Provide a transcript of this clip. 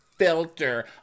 filter